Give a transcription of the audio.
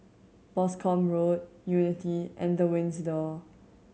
Boscombe Road Unity and The Windsor